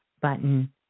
button